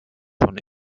schon